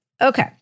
Okay